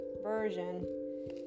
version